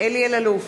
אלי אלאלוף,